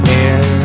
air